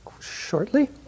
shortly